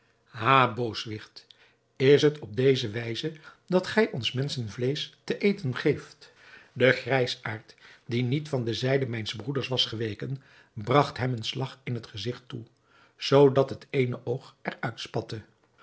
ha booswicht is het op deze wijze dat gij ons menschenvleesch te eten geeft de grijsaard die niet van de zijde mijns broeders was geweken bragt hem een slag in het gezigt toe zoo dat het eene oog